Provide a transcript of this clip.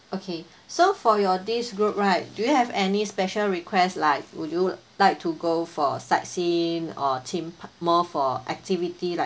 okay so for your this group right do you have any special request like would you like to go for sightseeing or team park more for activity like